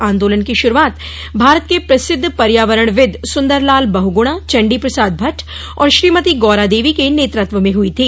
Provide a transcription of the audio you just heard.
आन्दोलन की शुरुआत भारत के प्रसिद्ध पर्यावरणविद सुन्दरलाल बहुगुणा चण्डीप्रसाद भट्ट और श्रीमती गौरादेवी के नेतृत्व मे हुई थी